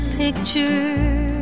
picture